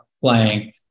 playing